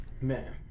Man